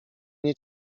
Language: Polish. nie